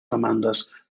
demandes